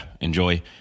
enjoy